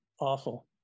awful